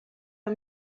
are